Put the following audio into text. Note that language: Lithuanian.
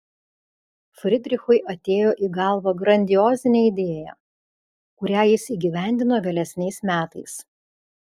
fridrichui atėjo į galvą grandiozinė idėja kurią jis įgyvendino vėlesniais metais